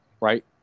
right